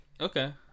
Okay